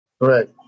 Right